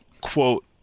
quote